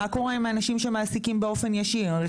מה קורה עם האנשים שמעסיקים באופן ישיר?